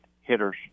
hitters